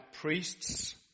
priests